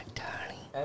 darling